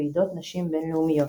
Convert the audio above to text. בוועידות נשים בינלאומיות.